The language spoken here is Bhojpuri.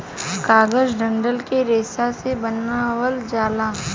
कागज डंठल के रेशा से बनावल जाला